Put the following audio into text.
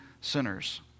sinners